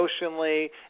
emotionally